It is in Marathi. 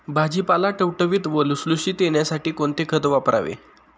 भाजीपाला टवटवीत व लुसलुशीत येण्यासाठी कोणते खत वापरावे?